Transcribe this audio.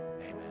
amen